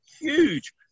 huge